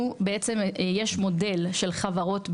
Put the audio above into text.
במשרד שלנו יש מודל של חברות ביצוע,